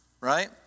Right